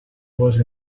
was